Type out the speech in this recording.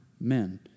men